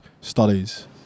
studies